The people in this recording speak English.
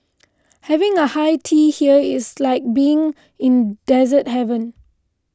having high tea here is like being in dessert heaven